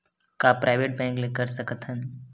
का private bank ले कर सकत हन?